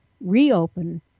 Reopen